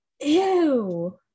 ew